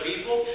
people